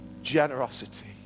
generosity